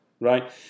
right